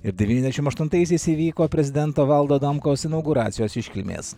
ir devyniasdešimt aštuntaisiais įvyko prezidento valdo adamkaus inauguracijos iškilmės